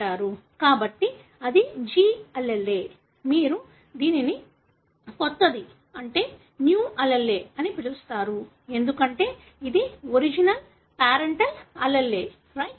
కాబట్టి ఈ Gallele మీరు దీనిని కొత్తది న్యూallele అని పిలుస్తారు ఎందుకంటే ఇది ఒరిజినల్ పేరెంటల్ allele లో లేదు రైట్